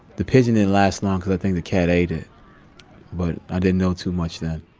the pigeon didn't last long because i think the cat ate it but, i didn't know too much then.